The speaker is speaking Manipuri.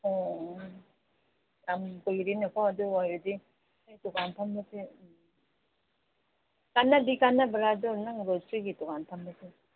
ꯎꯝ ꯌꯥꯝ ꯀꯨꯏꯔꯦꯅꯦꯀꯣ ꯑꯗꯨ ꯑꯣꯏꯔꯗꯤ ꯅꯣꯏ ꯗꯨꯀꯥꯟ ꯐꯝꯕꯁꯦ ꯀꯥꯟꯅꯗꯤ ꯀꯥꯟꯅꯕ꯭ꯔꯥ ꯑꯗꯨ ꯅꯪ ꯒ꯭ꯔꯣꯁꯔꯤꯒꯤ ꯗꯨꯀꯥꯟ ꯐꯝꯕꯁꯤ